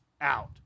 out